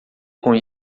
com